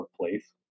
place